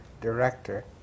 director